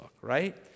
right